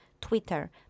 Twitter